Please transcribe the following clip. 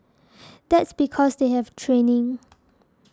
that's because they have training